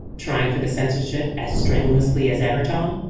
trying for the seniorship as strenuously as ever, tom?